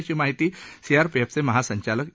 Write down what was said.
अशी माहिती सीआरपीएफच मिहासंचालक ए